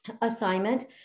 assignment